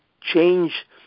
change